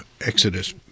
Exodus